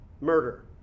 murder